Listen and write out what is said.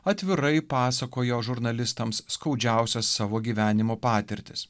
atvirai pasakojo žurnalistams skaudžiausias savo gyvenimo patirtis